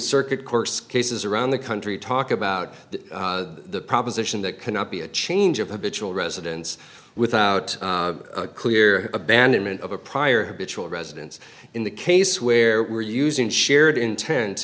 circuit court cases around the country talk about the proposition that cannot be a change of habitual residence without a clear abandonment of a prior habitual residence in the case where we're using shared inten